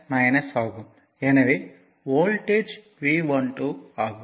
என்னவே voltage V12 ஆகும்